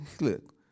look